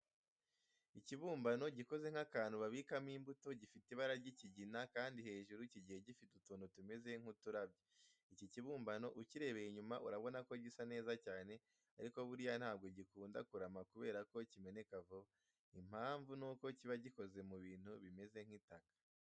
Ikibumbano gikoze nk'akantu babikamo imbuto, gifite ibara ry'ikigina kandi hejuru kigiye gifite utuntu tumeze nk'uturabyo. Iki kibumbano ukirebeye inyuma urabona ko gisa neza cyane ariko buriya ntabwo gikunda kurama kubera ko kimeneka vuba. Impamvu nuko kiba gikoze mu bintu bimeze nk'itaka.